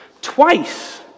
Twice